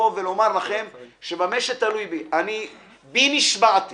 במה שתלוי בי, בי נשבעתי